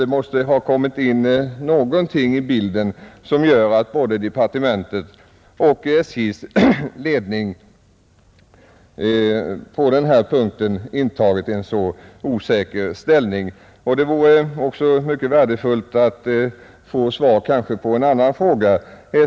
Det måste ha kommit in någonting i bilden som gör att både departementet och SJ:s ledning på denna punkt intagit en så osäker ställning. Det vore också mycket värdefullt att få svar på en annan fråga.